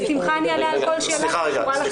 אני בשמחה אני אענה על כל שאלה שקשורה לחקיקה.